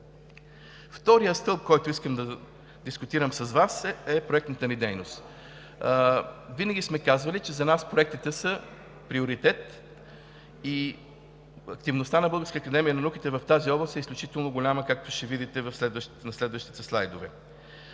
Вторият стълб, който искам да дискутирам с Вас, е проектната ни дейност. Винаги сме казвали, че за нас проектите са приоритет и активността на Българската академия на науките в тази област е изключително голяма, както ще видите на следващите слайдове.